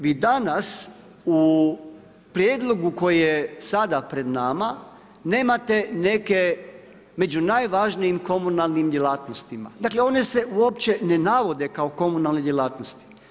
Vi danas u prijedlogu koji je sada pred nama nemate neke među najvažnijim komunalnim djelatnosti, dakle one se uopće ne navode kao komunalne djelatnosti.